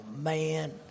man